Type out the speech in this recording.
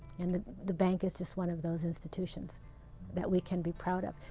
and the the bank is just one of those institutions that we can be proud of,